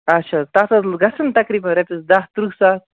اچھا تَتھ حظ گَژھَن تقریباً رۄپیَس دَہ تٕرٛہ ساس